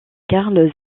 carl